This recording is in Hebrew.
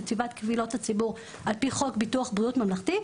נציבת קבילות הציבור על פי חוק ביטוח בריאות ממלכתי,